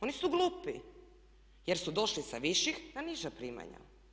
Oni su glupi, jer su došli sa viših na niža primanja.